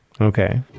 Okay